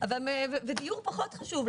והסירו חסמים.